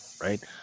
right